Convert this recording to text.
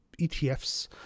ETFs